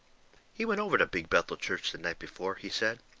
he went over to big bethel church the night before, he said,